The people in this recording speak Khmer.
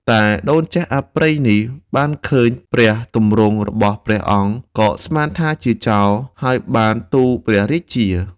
តែដូនចាស់អប្រិយនេះ បានឃើញព្រះទម្រង់របស់ព្រះអង្គ ក៏ស្មានថាជាចោរ ហើយបានទូលព្រះរាជា។